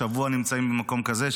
שבוע נמצאים במקום כזה,